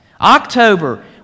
October